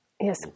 Yes